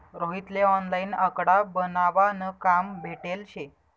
रोहित ले ऑनलाईन आकडा बनावा न काम भेटेल शे